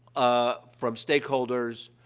ah, from stakeholders,